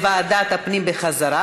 לוועדת הפנים, בחזרה